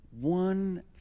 One